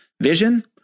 vision